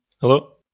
Hello